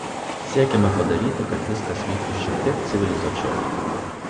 siekiame padaryti kad viskas vyktų šiek tiek civilizuočiau